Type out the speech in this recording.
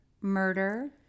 murder